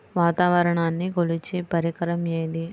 వాతావరణాన్ని కొలిచే పరికరం ఏది?